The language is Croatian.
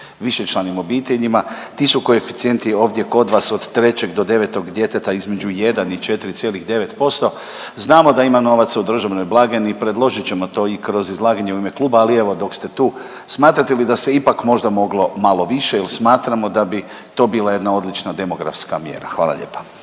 višečlanim obiteljima. Ti su koeficijenti ovdje kod vas od 3 do 9 djeteta između 1 i 4,9%. Znamo da ima novaca u državnoj blagajni i predložit ćemo to i kroz izlaganje u ime kluba, ali evo dok ste tu, smatrate li da se ipak moglo malo više jer smatramo da bi to bila jedna odlična demografska mjera. Hvala lijepa.